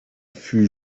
fut